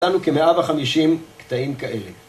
נתנו כ-150 קטעים כאלה